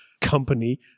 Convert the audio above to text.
company